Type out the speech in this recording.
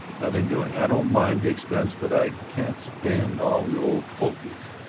nothing doing i don't mind the expense but i can't stand all the old fogies.